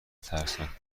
ترسناک